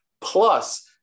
Plus